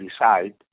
decide